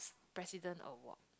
President Award